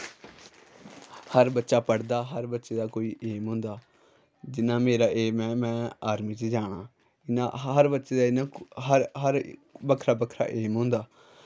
हर बच्चा पढ़दा हर बच्चे दा कोई ऐम होंदा जि'यां मेरा ऐम ऐ में आर्मी च जाना इ'यां हर बच्चे दा इ'यां इ'यां हर हर बक्खरा बक्खरा ऐम होंदा